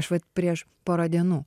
aš vat prieš porą dienų